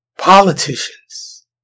Politicians